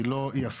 היא לא אי-הסכמה.